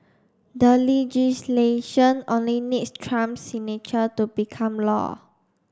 the legislation only needs Trump's signature to become law